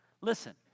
Listen